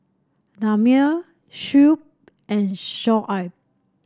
Damia Shuib and Shoaib